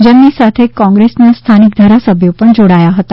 જેમની સાથે કોંગ્રેસના સ્થાનિક ધારાસભ્યો પણ જોડાયા હતા